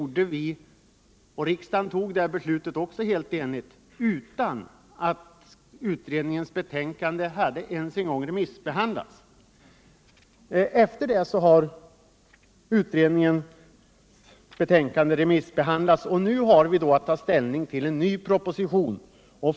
Riksdagen fattade även detta beslut helt i enighet och utan att utredningens betänkande ens hade remissbehandlats. Efter det har utredningens förslag remissbehandlats. Nu har vi att ta ställning till en ny proposition.